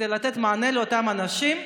כדי לתת מענה לאותם אנשים.